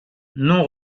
non